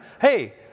hey